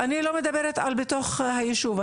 אני לא מדברת על בתוך היישוב,